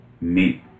meet